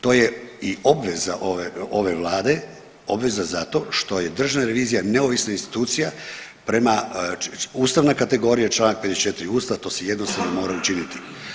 To je i obveza ove Vlade, obvezna zato što je državna revizija neovisna institucija prema ustavnoj kategoriji, čl. 54 Ustava, to se jednostavno mora učiniti.